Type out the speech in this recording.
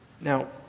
Now